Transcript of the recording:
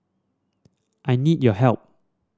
I need your help